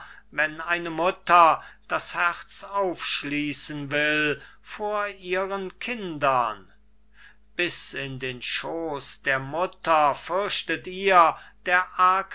wenn eine mutter das herz aufschließen will vor ihren kindern bis in den schooß der mutter fürchtet ihr der